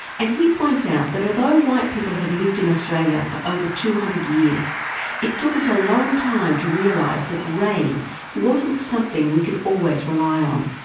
and he points out that although white people have lived in australia for over two hundred years it took us a long time to realise that rain wasn't something we could always rely on.